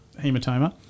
hematoma